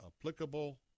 applicable